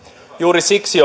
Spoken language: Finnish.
juuri siksi